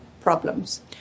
problems